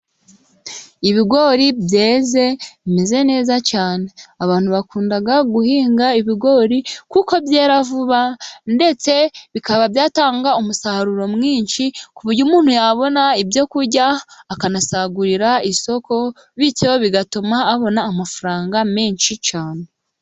Ibigori byeze bimeze neza cyane, abantu bakunda guhinga ibigori kuko byera vuba ndetse bikaba byatanga umusaruro mwinshi ku buryo umuntu yabona ibyo kurya akanasagurira isoko bityo bigatuma abona amafaranga menshi cyane.